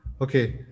okay